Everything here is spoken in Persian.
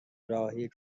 راهی